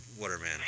Waterman